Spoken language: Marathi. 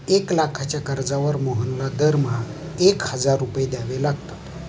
एक लाखाच्या कर्जावर मोहनला दरमहा एक हजार रुपये द्यावे लागतात